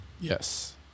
yes